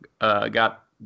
got